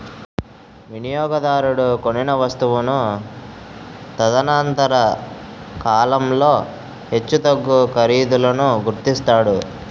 వినియోగదారుడు కొనిన వస్తువును తదనంతర కాలంలో హెచ్చుతగ్గు ఖరీదులను గుర్తిస్తాడు